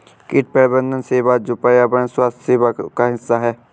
कीट प्रबंधन सेवा जो पर्यावरण स्वास्थ्य सेवा का हिस्सा है